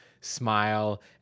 smile